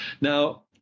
Now